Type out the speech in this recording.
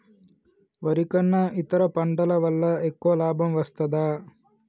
వరి కన్నా ఇతర పంటల వల్ల ఎక్కువ లాభం వస్తదా?